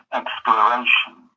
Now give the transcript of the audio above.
exploration